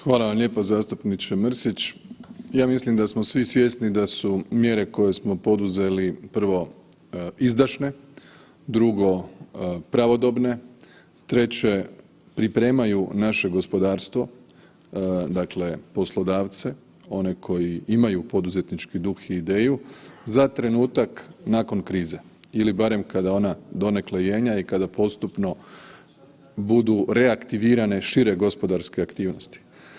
Hvala vam lijepa zastupniče Mrsić, ja mislim da smo svi svjesni da su mjere koje smo poduzeli, prvo izdašne, drugo pravodobne, treće pripremaju naše gospodarstvo, dakle poslodavce one koji imaju poduzetnički duh i ideju za trenutak nakon krize ili barem kada ona donekle jenja i kada postupno budu reaktivirane šire gospodarske aktivnosti.